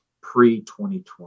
pre-2020